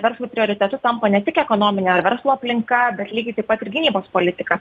verslui prioritetu tampa ne tik ekonominė ar verslo aplinka bet lygiai taip pat ir gynybos politika